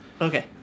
Okay